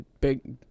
big